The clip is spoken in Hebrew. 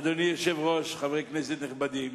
אדוני היושב-ראש, חברי הכנסת הנכבדים,